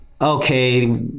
okay